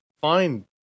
fine